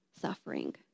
suffering